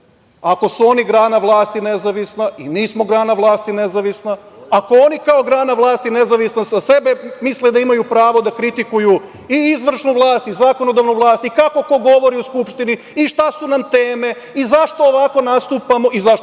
Ako su oni grana vlasti nezavisna i mi smo grana vlasti nezavisna. Ako oni kao grana vlasti nezavisna za sebe misle da imaju pravo da kritikuju i izvršnu i zakonodavnu vlasti i kako ko govori u Skupštini i šta su nam teme i zašto ovako nastupamo i zašto onako